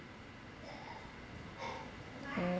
mm